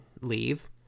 leave